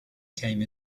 came